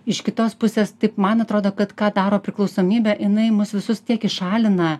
iš kitos pusės taip man atrodo kad ką daro priklausomybė jinai mus visus tiek įšalina